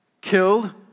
killed